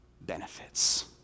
benefits